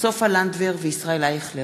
סופה לנדבר וישראל אייכלר.